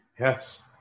Yes